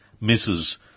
misses